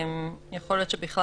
אין בכלל